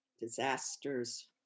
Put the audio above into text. disasters